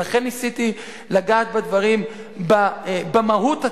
ולכן ניסיתי לגעת במהות עצמה.